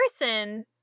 person